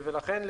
ולכן,